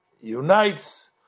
unites